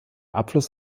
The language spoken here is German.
abfluss